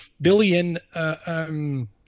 billion